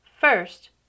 First